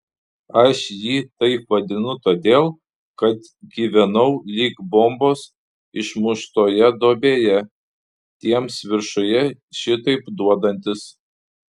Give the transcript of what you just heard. aš jį taip vadinu todėl kad gyvenau lyg bombos išmuštoje duobėje tiems viršuje šitaip duodantis